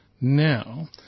Now